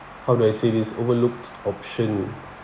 how do I say this overlooked option